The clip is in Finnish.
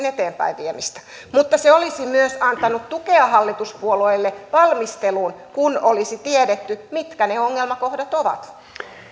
eteenpäinviemistä mutta se olisi myös antanut tukea hallituspuolueille valmisteluun kun olisi tiedetty mitkä ne ongelmakohdat ovat